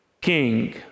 King